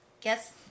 guess